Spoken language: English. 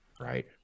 right